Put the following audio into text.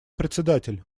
председатель